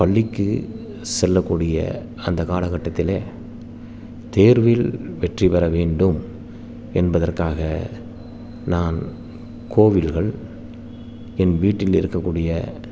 பள்ளிக்குச் செல்லக்கூடிய அந்த காலக்கட்டத்திலே தேர்வில் வெற்றிப்பெற வேண்டும் என்பதற்காக நான் கோவில்கள் என் வீட்டில் இருக்கக்கூடிய